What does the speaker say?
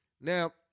Now